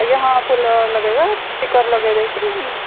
ଆଜ୍ଞା ହଁ ଫୁଲ ଲଗେଇବା ଷ୍ଟିକର ଲଗେଇ ଦେଇଛି